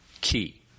Key